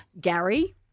Gary